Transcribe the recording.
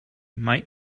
might